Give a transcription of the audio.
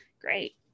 great